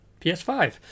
ps5